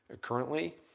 currently